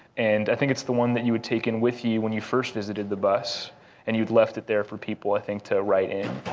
and i think it's the one that you had taken with you when you first visited the bus and you'd left it there for people, i think, to write in.